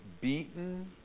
beaten